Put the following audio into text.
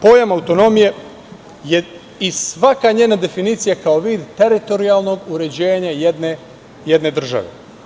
Pojam autonomije je, i svaka njena definicija, kao vid teritorijalnog uređenja jedne države.